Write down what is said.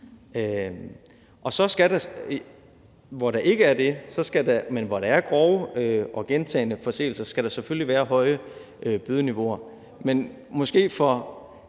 hvor der ikke er det, men hvor der er grove og gentagne forseelser, skal der selvfølgelig være høje bødeniveauer. Men måske for